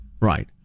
right